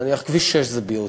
כביש 6 זה BOT,